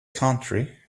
country